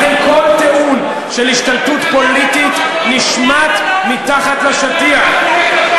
לכן השטיח עם כל הטיעון של השתלטות פוליטית נשמט מתחת רגליכם.